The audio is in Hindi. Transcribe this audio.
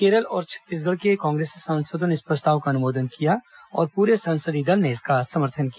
केरल और छत्तीसगढ़ के कांग्रेस सांसदों ने इस प्रस्ताव का अनुमोदन किया और पूरे संसदीय दल ने इसका समर्थन किया